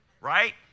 right